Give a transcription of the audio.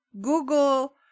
Google